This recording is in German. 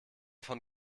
von